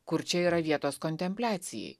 kur čia yra vietos kontempliacijai